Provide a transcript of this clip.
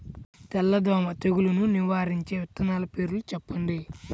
తెల్లదోమ తెగులును నివారించే విత్తనాల పేర్లు చెప్పండి?